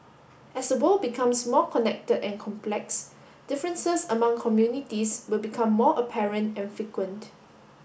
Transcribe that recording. as the world becomes more connected and complex differences among communities will become more apparent and frequent